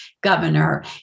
governor